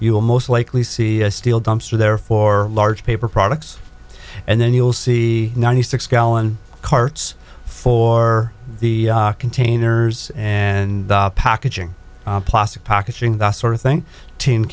you'll most likely see a steel dumpster there for large paper products and then you'll see ninety six gallon carts for the containers and packaging plastic packaging that sort of thing t